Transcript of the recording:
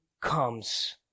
comes